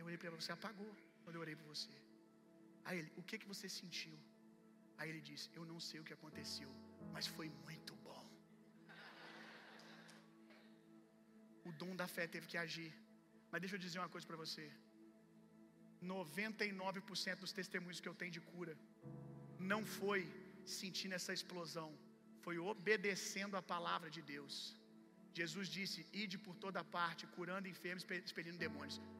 Eu olhei pra ele e falei, você apagou quando eu orei por você. Aí ele, o que que você sentiu? Aí ele disse, eu não sei o que aconteceu, mas foi muito bom. O dom da fé teve que agir. Mas deixa eu dizer uma coisa pra você. 99% dos testemunhos que eu tenho de cura não foi sentindo essa explosão, foi obedecendo a palavra de Deus. Jesus disse, ide por toda parte, curando enfermos, expe- expelindo demônios.